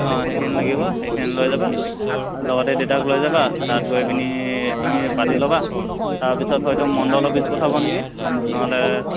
অঁ সেইখিনি লাগিব সেইখিনি লৈ যাবা লগতে দেউতাক লৈ যাবা তাত গৈ পিনি তুমি পাতি ল'বা তাৰপিছত হয়তো মণ্ডল অফিচ পঠাব নেকি নহ'লে